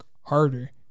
harder